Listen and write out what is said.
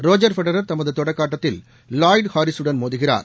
Roger Federer தமது தொடக்க ஆட்டத்தில் லாய்டு ஹாரிஸ் வுடன் மோதுகிறார்